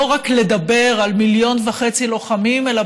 לא רק לדבר על מיליון וחצי לוחמים אלא